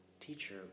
teacher